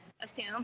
assume